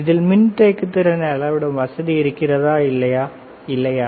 இதில் மின்தேக்கு திறனை அளவிடும் வசதி இருக்கிறதா இல்லை இல்லையா